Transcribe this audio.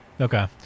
Okay